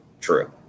true